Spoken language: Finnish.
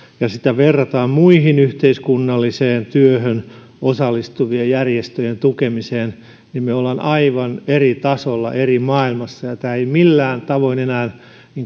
ja sitä verrataan muiden yhteiskunnalliseen työhön osallistuvien järjestöjen tukemiseen niin me olemme aivan eri tasolla eri maailmassa tämä ei millään tavoin enää